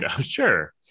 Sure